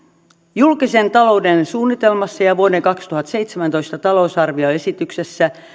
julkisen talouden suunnitelmassa ja ja vuoden kaksituhattaseitsemäntoista talousarvioesityksessä